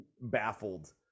baffled